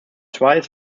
twice